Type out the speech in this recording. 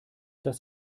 das